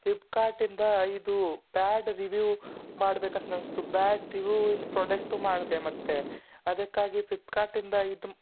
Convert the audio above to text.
ಫ್ಲಿಪ್ಕಾರ್ಟಿಂದ ಇದು bad review ಮಾಡ್ಬೇಕಂತ ಅನ್ನಿಸ್ತು ಬ್ಯಾಡ್ ರಿವ್ಯೂ ಇನ್ ಪ್ರಾಡೆಕ್ಟು ಮಾಡಿದೆ ಮತ್ತು ಅದಕ್ಕಾಗಿ ಫ್ಲಿಪ್ಕಾರ್ಟಿಂದ ಇದು